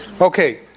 Okay